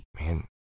man